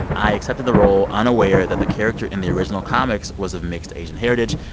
i accepted the role unaware that the character in the original comics was of mixed asian heritage,